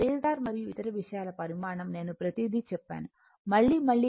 phasor మరియు ఇతర విషయాల పరిమాణం నేను ప్రతీదీ చెప్పాను మళ్లీ మళ్లీ